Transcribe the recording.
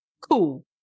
cool